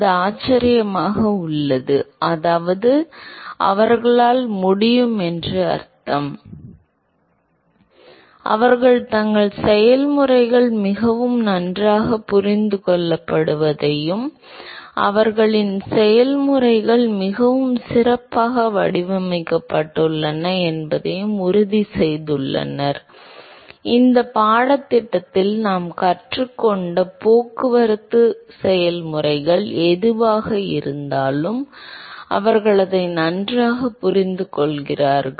இது ஆச்சரியமாக இருக்கிறது அதாவது அவர்களால் முடியும் என்று அர்த்தம் அவர்கள் தங்கள் செயல்முறைகள் மிகவும் நன்றாகப் புரிந்து கொள்ளப்படுவதையும் அவர்களின் செயல்முறைகள் மிகவும் சிறப்பாக வடிவமைக்கப்பட்டுள்ளன என்பதையும் உறுதிசெய்துள்ளனர் இந்தப் பாடத்திட்டத்தில் நாம் கற்றுக்கொண்ட போக்குவரத்து செயல்முறைகள் எதுவாக இருந்தாலும் அவர்கள் அதை நன்றாகப் புரிந்துகொள்கிறார்கள்